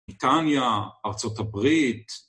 בריטניה, ארצות הברית.